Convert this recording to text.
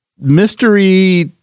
mystery